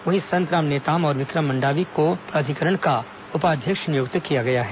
वहीं संतराम नेताम और विक्रम मंडावी को प्राधिकरण का उपाध्यक्ष नियुक्त किया गया है